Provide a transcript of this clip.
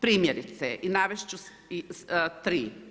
Primjerice i navest ću tri.